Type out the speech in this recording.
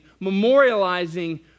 memorializing